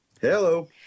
Hello